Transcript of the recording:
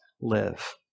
live